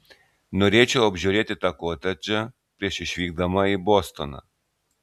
norėčiau apžiūrėti tą kotedžą prieš išvykdama į bostoną